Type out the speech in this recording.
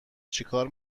چیکار